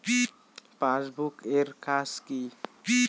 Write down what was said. Passbook এর কাজ কি?